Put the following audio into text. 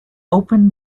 open